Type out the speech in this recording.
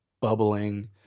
bubbling